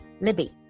Libby